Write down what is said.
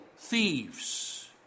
thieves